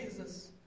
Jesus